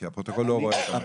כי הפרוטוקול לא רואה את המצגת.